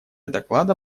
доклада